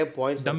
points